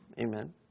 Amen